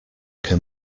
can